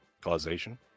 Causation